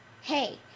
Hey